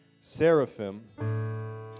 Seraphim